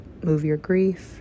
moveyourgrief